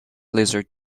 lizard